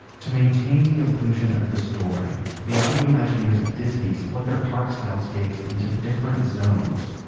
to maintain the illusion of the story, the audio imagineers at disney split their park soundscapes into different zones.